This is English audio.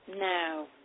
no